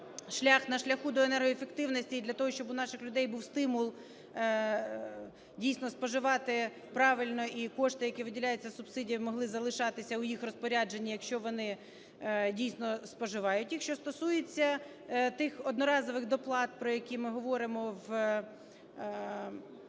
шлях на шляху до енергоефективності і для того, щоб у наших людей був стимул дійсно споживати правильно, і кошти, які виділяються на субсидії, могли залишатися у їх розпорядженні, якщо вони дійсно споживають їх. Що стосується тих одноразових доплат, про які ми говоримо, в